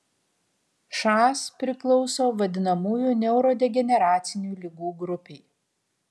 šas priklauso vadinamųjų neurodegeneracinių ligų grupei